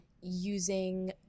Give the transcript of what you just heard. using